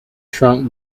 shrunk